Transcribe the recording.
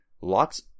lots